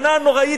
בתקנה הנוראית,